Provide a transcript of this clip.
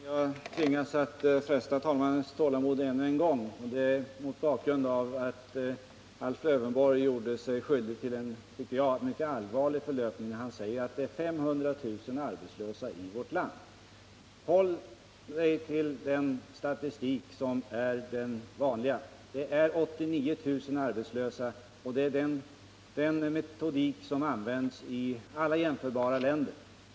Herr talman! Jag tvingas fresta talmannens tålamod ännu en gång mot bakgrund av att Alf Lövenborg gjorde sig skyldig till en, tycker jag, mycket allvarlig förlöpning när han sade att det finns 500 000 arbetslösa i vårt land. Alf Lövenborg borde hålla sig till den vanliga statistiken. Det finns 89 000 arbetslösa, och den siffran har man fått fram med en metodik som används i alla jämförbara länder.